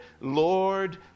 Lord